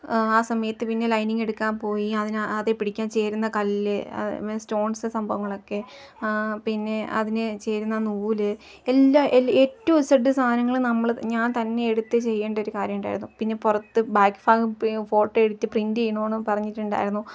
ആ സമയത്ത് പിന്നെ ലൈനിങ് എടുക്കാൻ പോയി അതിന് അതേ പിടിക്കാൻ ചേരുന്ന കല്ല് മീൻസ് സ്റ്റോൺസ് സംഭവങ്ങളൊക്കെ പിന്നെ അതിനു ചേരുന്ന നൂല് എല്ലാ ഏ റ്റു ഇസഡ്ഡ് സാധനങ്ങളും നമ്മൾ ഞാൻ തന്നെ എടുത്തു ചെയ്യേണ്ടൊരു കാര്യമുണ്ടായിരുന്നു പിന്നെ പുറത്ത് ബാക്ക് ഭാഗം ഫോട്ടോ എടുത്ത് പ്രിൻ്റ് ചെയ്യണമെന്ന് പറഞ്ഞിട്ടുണ്ടായിരുന്നു